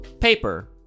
Paper